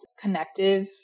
connective